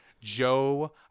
Joe